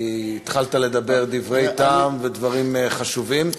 כי התחלת לדבר דברי טעם ודברים חשובים.